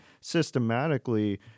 systematically